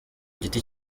giti